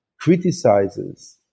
criticizes